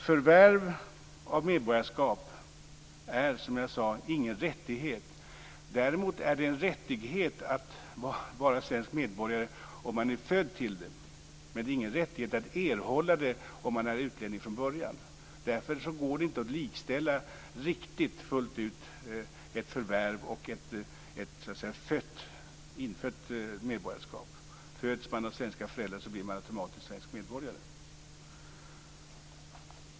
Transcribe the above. Förvärv av medborgarskap är som jag tidigare sade inte en rättighet. Däremot är det en rättighet att vara svensk medborgare om man är född till det. Men det finns ingen rättighet att erhålla svenskt medborgarskap om man är utlänning från början. Därför går det inte att likställa riktigt fullt ut ett förvärv och ett infött medborgarskap. Föds man av svenska föräldrar blir man automatiskt svensk medborgare.